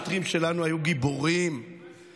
תבדיל בין קיתונות של ביקורת עליך לבין המשטרה.